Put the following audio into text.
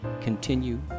continue